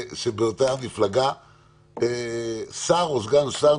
שר או סגן שר,